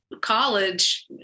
college